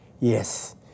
Yes